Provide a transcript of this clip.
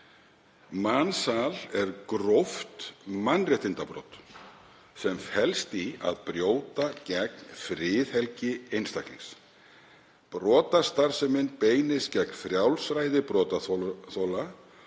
„Mansal er gróft mannréttindabrot sem felst í að brjóta gegn friðhelgi einstaklings. Brotastarfsemin beinist gegn frjálsræði brotaþola